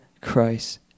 Christ